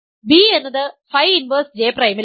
b എന്നത് phi inverse J പ്രൈമിലാണ്